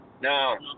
No